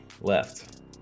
Left